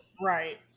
Right